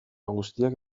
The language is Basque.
guztiak